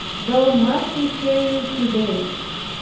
though much inferior to theirs,